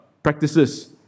Practices